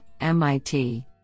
MIT